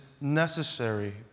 necessary